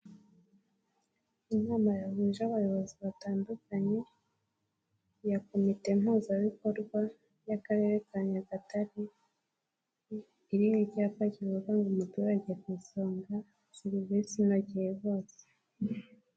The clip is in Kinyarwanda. Inama yahuje abayobozi batandukanye, ya komite mpuzabikorwa y'Akarere ka Nyagatare, iriho icyapa kivuga ngo umuturage ku isonga, serivisi inogeye bose.